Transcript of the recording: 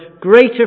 greater